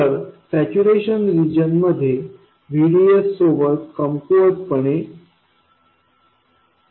तर saturation region मध्ये करंटVDS सोबत कमकुवत पणे वाढतो